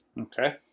Okay